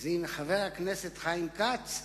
אתו הוא חבר הכנסת חיים כץ,